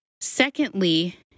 Secondly